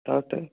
তার তাই